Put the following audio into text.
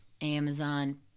Amazon